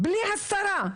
בלי הסתרה,